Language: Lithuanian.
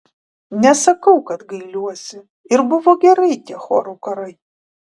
nesakau kad gailiuosi ir buvo gerai tie chorų karai